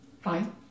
fine